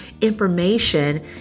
information